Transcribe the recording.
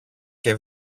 και